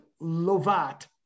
Lovat